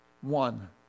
one